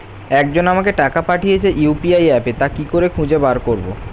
একজন আমাকে টাকা পাঠিয়েছে ইউ.পি.আই অ্যাপে তা কি করে খুঁজে বার করব?